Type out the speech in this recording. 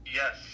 yes